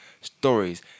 stories